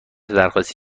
درخواستی